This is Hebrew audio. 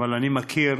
אבל אני מכיר